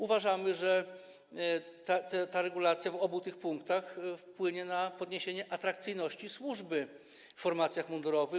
Uważamy, że ta regulacja, w obu tych punktach, wpłynie na podniesienie atrakcyjności służby w formacjach mundurowych.